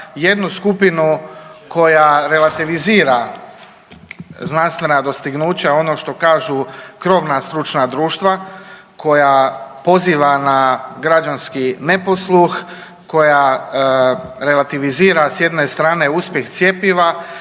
jednu skupinu koja relativizira znanstvena dostignuća, ono što kažu krovna stručna društva koja poziva na građanski neposluh, koja relativizira s jedne strane, uspjeh cjepiva,